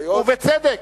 ובצדק.